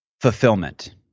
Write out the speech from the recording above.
fulfillment